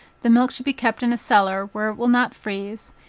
the milk should be kept in a cellar, where it will not freeze,